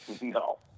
No